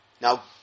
Now